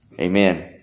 amen